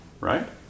right